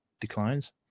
declines